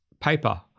paper